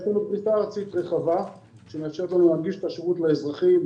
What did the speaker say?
יש לנו פריסה ארצית רחבה שמאפשרת לנו להנגיש את השירות לאזרחים,